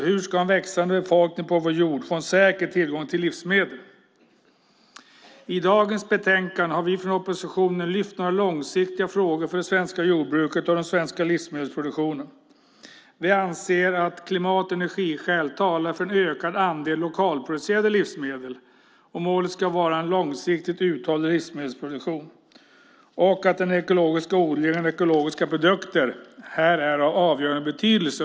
Hur ska en växande befolkning på vår jord få en säker tillgång till livsmedel? I dagens betänkande har vi från oppositionen lyft fram några långsiktiga frågor för det svenska jordbruket och den svenska livsmedelsproduktionen. Vi anser att klimat och energiskäl talar för en ökad andel lokalproducerade livsmedel. Målet ska vara en långsiktigt uthållig livsmedelsproduktion. Den ekologiska odlingen och ekologiska produkter är här av avgörande betydelse.